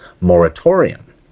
Moratorium